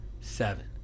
seven